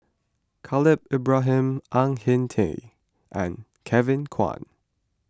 Khalil Ibrahim Ang Hin Kee and Kevin Kwan